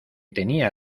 tenía